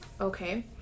Okay